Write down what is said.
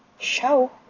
Show